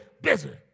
busy